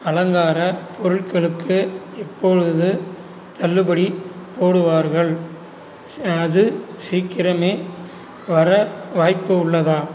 அலங்கார பொருட்களுக்கு எப்பொழுது தள்ளுபடி போடுவார்கள் அது சீக்கிரமே வர வாய்ப்பு உள்ளதா